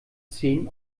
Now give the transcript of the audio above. zehn